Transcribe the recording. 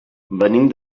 venim